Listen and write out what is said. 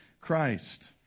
Christ